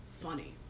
funny